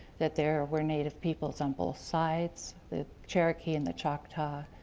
that there were native people's on both sides, the cherokee and the choctaw